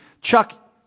Chuck